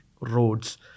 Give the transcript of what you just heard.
roads